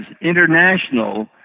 international